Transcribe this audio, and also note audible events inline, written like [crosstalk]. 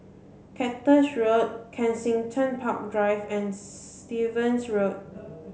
Cactus Road Kensington Park Drive and [unintelligible] Stevens Road